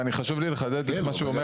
חשוב לי רק לחדד את מה שהוא אומר.